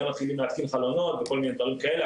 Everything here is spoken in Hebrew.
היום מתחילים חלונות וכל מיני דברים כאלה,